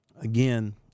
Again